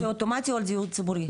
--- אוטומטי או על דיור ציבורי?